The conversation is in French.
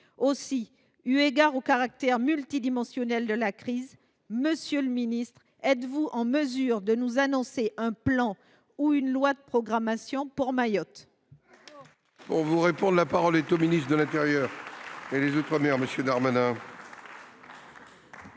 Eu égard au caractère multidimensionnel de la crise, monsieur le ministre, êtes vous en mesure de nous annoncer un plan ou une loi de programmation pour Mayotte ?